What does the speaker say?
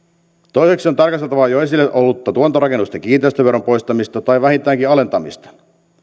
toiseksi on tarkasteltava jo esillä ollutta tuotantorakennusten kiinteistöveron poistamista tai vähintäänkin alentamista